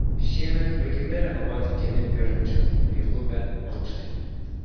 šiemet baigiami renovuoti keli viešbučio lielupe aukštai